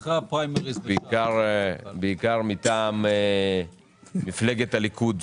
בעיקר מטעם מפלגת הליכוד,